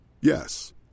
Yes